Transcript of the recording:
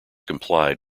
complied